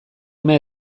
ume